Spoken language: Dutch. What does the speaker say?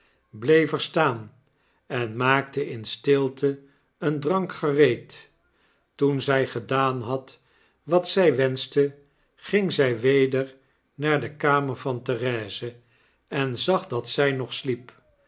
er staan en maakte in stilte een drank gereed toen zij gedaan had wat zij wenschte ging zij weder naar de kamer van therese en zag dat zij nog sliep